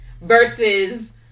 versus